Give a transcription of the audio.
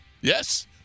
Yes